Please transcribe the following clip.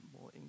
more